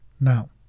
Now